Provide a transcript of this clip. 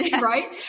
Right